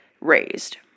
raised